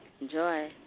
Enjoy